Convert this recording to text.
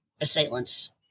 assailants